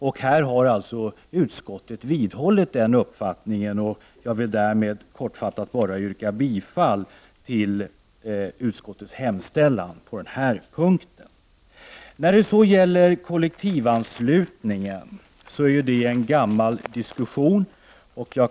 Utskottet har nu vidhållit denna uppfattning, och jag vill med detta yrka bifall till utskottets hemställan på den punkten. Kollektivanslutningen är en gammal diskussionsfråga.